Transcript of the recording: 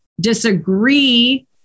disagree